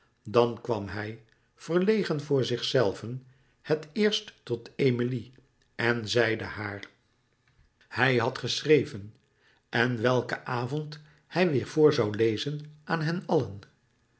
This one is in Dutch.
dan kwam hij verlegen voor zichzelven het eerst tot emilie en zeide haar hij had geschreven en welken avond hij weêr voor zoû lezen aan hen allen